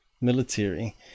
military